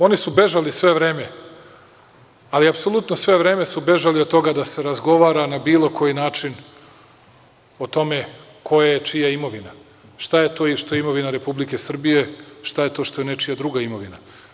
Oni su bežali sve vreme, ali apsolutno sve vreme su bežali od toga da se razgovara na bilo koji način o tome koja je čija imovina, šta je to što je imovina Republike Srbije, šta je to što je nečija druga imovina.